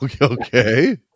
okay